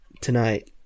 tonight